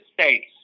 States